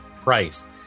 price